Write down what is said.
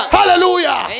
Hallelujah